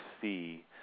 see